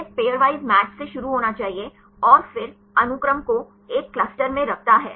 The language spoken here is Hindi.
यह पेयरवाइज मैच से शुरू होना चाहिए और फिर अनुक्रम को एक क्लस्टर में रखता है